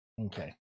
Okay